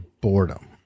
boredom